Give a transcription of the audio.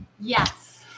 yes